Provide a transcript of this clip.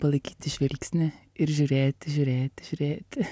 palaikyti žvilgsnį ir žiūrėti žiūrėti žiūrėti